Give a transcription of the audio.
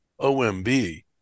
OMB